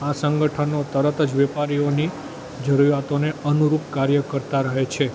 આ સંગઠનો તરત જ વેપારીઓની જરૂરિયાતોને અનુરૂપ કાર્ય કરતાં રહે છે